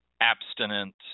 abstinence